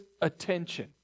attention